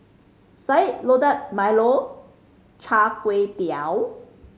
Sayur Lodeh milo Char Kway Teow